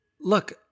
Look